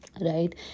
right